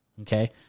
Okay